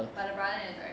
but the brother never drive